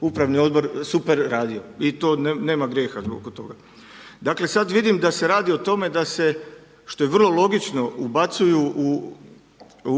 upravni odbor super radio. I to nema grijeha oko toga. Dakle sada vidim da se radi o tome da se što je vrlo logično ubacuju u